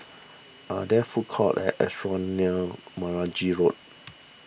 are there food courts and near Meragi Road